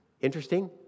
Interesting